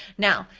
now,